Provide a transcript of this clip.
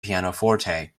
pianoforte